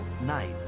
night